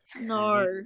no